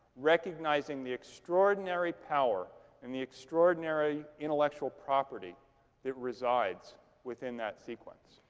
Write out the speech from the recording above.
recognizing the extraordinary power and the extraordinary intellectual property that resides within that sequence.